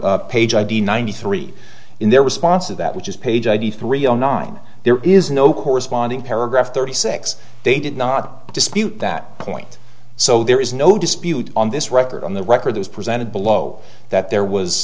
page id ninety three in their response to that which is page eighty three zero nine there is no corresponding paragraph thirty six they did not dispute that point so there is no dispute on this record on the record as presented below that there was